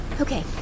Okay